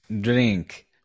drink